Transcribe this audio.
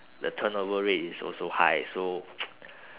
the turnover rate is also high so